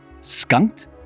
Skunked